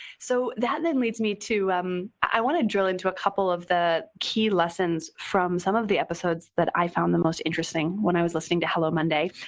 so that then leads me to. um i want to drill into a couple of the key lessons from some of the episodes that i found the most interesting when i was listening to hello monday.